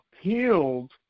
appealed